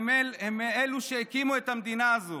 הם אלו שהקימו את המדינה הזו